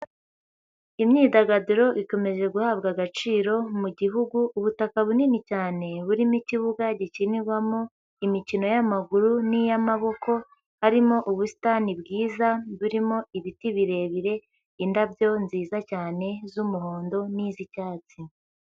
Imyidagaduro ikomeje guhabwa agaciro mu gihugu, ubutaka bunini cyane burimo ikibuga gikinirwamo imikino y'amaguru n'iy'amaboko harimo ubusitani bwiza burimo ibiti birebire, indabyo nziza cyane z'umuhondo n'iz'icyatsi.